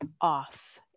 off